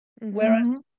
Whereas